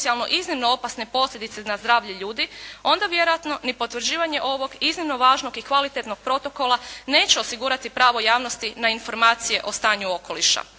iznimno opasne posljedice na zdravlje ljudi onda vjerojatno ni potvrđivanje ovog iznimno važnog i kvalitetnog protokola neće osigurati pravo javnosti na informacije o stanju okoliša.